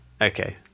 Okay